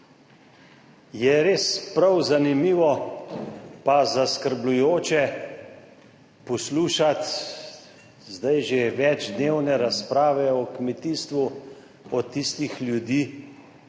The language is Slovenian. Je res prav zanimivo pa zaskrbljujoče poslušati zdaj že večdnevne razprave o kmetijstvu od tistih ljudi,